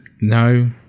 no